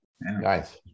Nice